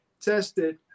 tested